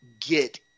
get